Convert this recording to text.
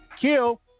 Kill